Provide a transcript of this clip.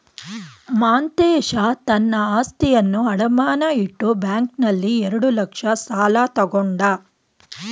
ಮಾಂತೇಶ ತನ್ನ ಆಸ್ತಿಯನ್ನು ಅಡಮಾನ ಇಟ್ಟು ಬ್ಯಾಂಕ್ನಲ್ಲಿ ಎರಡು ಲಕ್ಷ ಸಾಲ ತಕ್ಕೊಂಡ